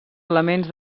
elements